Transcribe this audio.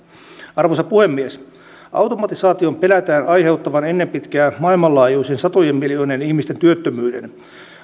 arvoisa puhemies automatisaation pelätään aiheuttavan ennen pitkää maailmanlaajuisen satojen miljoonien ihmisten työttömyyden